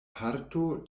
parto